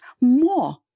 more